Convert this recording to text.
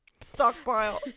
stockpile